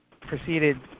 proceeded